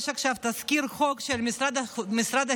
יש עכשיו תזכיר חוק של משרד החינוך,